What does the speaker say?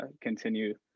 continue